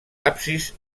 absis